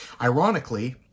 Ironically